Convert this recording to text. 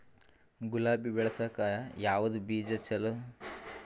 ಗುಲಾಬಿ ಬೆಳಸಕ್ಕ ಯಾವದ ಬೀಜಾ ಚಲೋ?